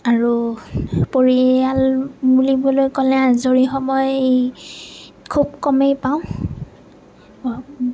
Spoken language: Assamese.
আৰু পৰিয়াল বুলিবলৈ ক'লে আজৰি সময় খুব কমেই পাওঁ